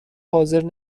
حاضر